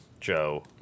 Joe